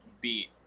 beat